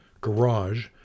garage